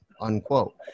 unquote